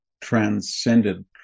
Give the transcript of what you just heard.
transcended